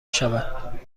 شود